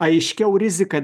aiškiau rizika